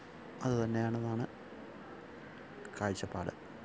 അതു തന്നെ ആണെന്നാണ് കാഴ്ചപ്പാട്